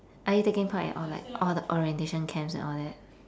are you taking part in all like all the orientation camps and all that